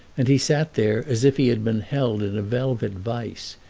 and he sat there as if he had been held in a velvet vise,